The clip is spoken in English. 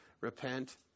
Repent